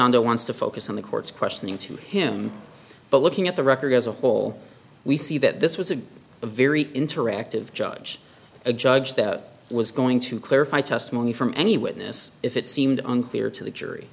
under wants to focus on the court's questioning to him but looking at the record as a whole we see that this was a very interactive judge a judge that was going to clarify testimony from any witness if it seemed unfair to the jury